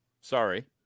Sorry